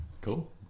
Cool